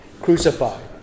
Crucified